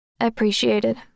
Appreciated